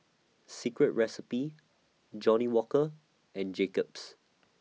Secret Recipe Johnnie Walker and Jacob's